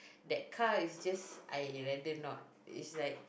that car is just I like that not is like